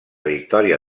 victòria